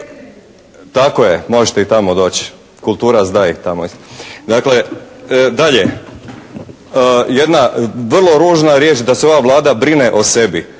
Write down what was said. Tako je, možete i tamo doći kultura zna i tamo. Dakle, dalje, jedna vrlo ružna riječ da se ova Vlada brine o sebi.